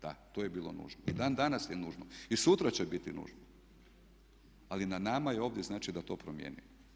Da to je bilo nužno i dan danas je nužno, i sutra će biti nužno, ali na nama je ovdje znači da to promijenimo.